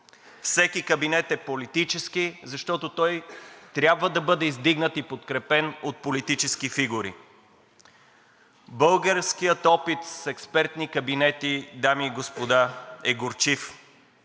Всеки кабинет е политически, защото той трябва да бъде издигнат и подкрепен от политически фигури. Българският опит с експертни кабинети, дами и господа, е горчив.